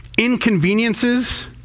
Inconveniences